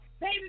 Baby